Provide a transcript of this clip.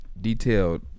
detailed